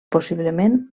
possiblement